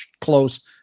close